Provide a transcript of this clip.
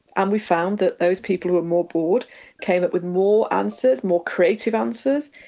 and we found that those people who were more bored came up with more answers, more creative answers,